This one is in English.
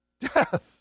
Death